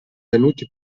venuti